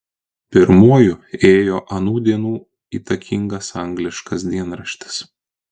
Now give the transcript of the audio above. pirmuoju ėjo anų dienų įtakingas angliškas dienraštis